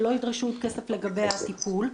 שלא ידרשו עוד כסף לגבי הטיפול.